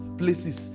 places